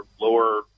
lower